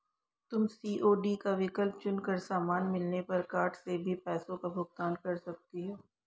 तुम सी.ओ.डी का विकल्प चुन कर सामान मिलने पर कार्ड से भी पैसों का भुगतान कर सकती हो